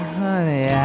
honey